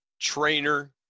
trainer